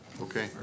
Okay